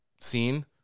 scene